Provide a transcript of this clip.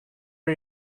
are